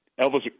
Elvis